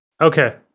Okay